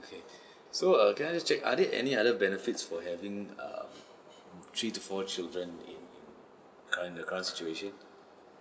okay so err can I just check are there any other benefits for having err three to four children in curr~ in current situation